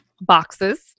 boxes